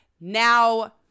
Now